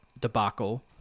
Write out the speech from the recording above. debacle